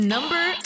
Number